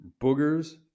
boogers